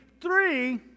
three